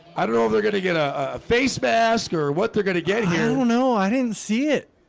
i don't know they're gonna get a ah face mask or what. they're gonna get here. no, i didn't see it.